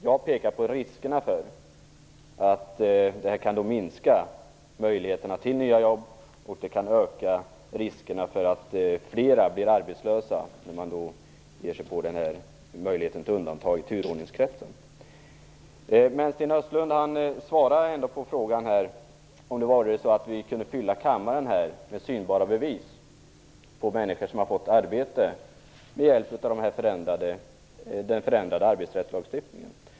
Jag pekar på riskerna för att det kan minska möjligheterna till nya jobb och att det kan öka riskerna för att flera blir arbetslösa om man ger sig på möjligheten till undantag i turordningskretsen. Sten Östlund svarade på frågan om huruvida han skulle ändra sig om vi kunde fylla kammaren med synbara bevis på att människor har fått arbete med hjälp av den förändrade arbetsrättslagstiftningen.